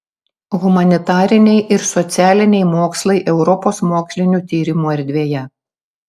humanitariniai ir socialiniai mokslai europos mokslinių tyrimų erdvėje